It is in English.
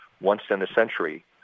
once-in-a-century